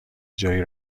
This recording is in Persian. جایی